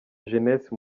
jeunesse